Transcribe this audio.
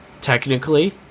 technically